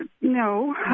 No